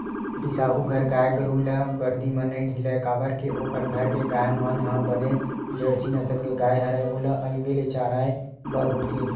बिसाहू घर गाय गरु ल बरदी म नइ ढिलय काबर के ओखर घर के गाय मन ह बने जरसी नसल के गाय हरय ओला अलगे ले चराय बर होथे